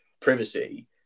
privacy